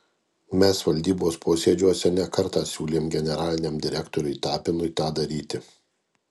mes valdybos posėdžiuose ne kartą siūlėm generaliniam direktoriui tapinui tą daryti